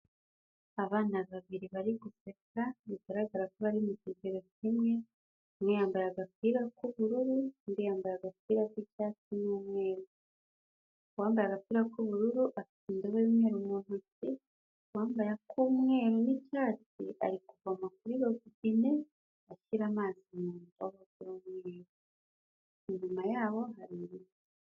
Abana babiri bari guseka bigaragara ko bari mu kigero kimwe, umwe yambaye agapira k'ubururu ndi yambaye agapira k'icyatsi n'umweru, uwambaye agapira k'ubururu afite indobo y'umweru mu ntoki, uwambaye ak'umweru n'icyatsi ari kuvoma kuri robine ashyira amazi mu ndobo z'umweru, inyuma yabo hari ibiti.